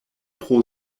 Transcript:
pro